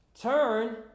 Turn